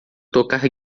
tocar